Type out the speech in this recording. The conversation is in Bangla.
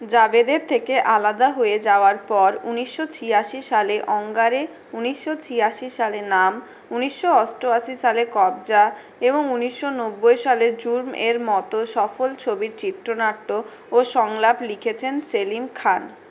জাভেদের থেকে আলাদা হয়ে যাওয়ার পর উনিশশো ছিয়াত্তর সালে অঙ্গারে উনিশশো ছিয়াশি সালে নাম উনিশশো অষ্টআশি সালে কব্জ়া এবং উনিশশো নব্বই সালে জুর্মের মতো সফল ছবির চিত্রনাট্য ও সংলাপ লিখেছেন সেলিম খান